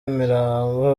imirambo